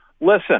Listen